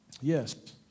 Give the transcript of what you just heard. Yes